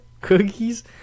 cookies